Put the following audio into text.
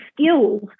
skills